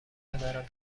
ندارم